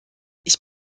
ich